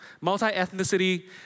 multi-ethnicity